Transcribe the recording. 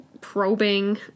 probing